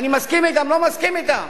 אני גם לא מסכים אתם,